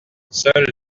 seules